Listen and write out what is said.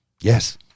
yes